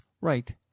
right